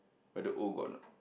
whether O got or not